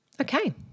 Okay